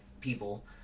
people